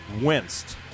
winced